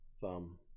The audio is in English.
thumb